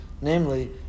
namely